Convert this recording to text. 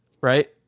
right